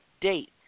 date